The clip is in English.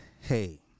hey